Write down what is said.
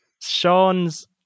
Sean's